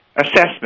assessment